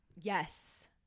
Yes